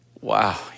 Wow